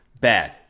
bad